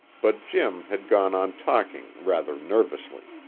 but jim had gone on talking rather nervously.